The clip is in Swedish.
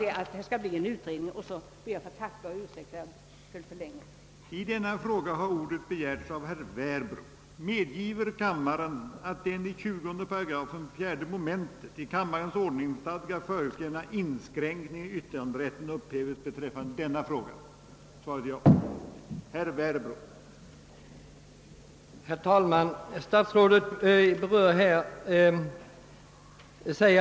Det positiva i svaret är att en utredning skall komma till stånd, vilket jag hälsar med tillfredsställelse.